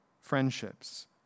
friendships